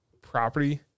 property